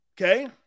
Okay